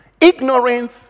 Ignorance